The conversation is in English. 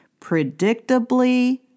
predictably